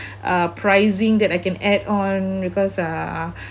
uh pricing that I can add on because uh